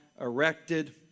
erected